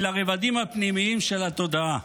אל הרבדים הפנימיים של התודעה,